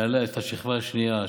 מעליה יש את השכבה השנייה,